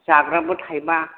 जाग्राबो थाइबा